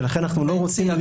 ולכן אנחנו לא רוצים --- בנצי,